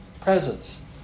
presence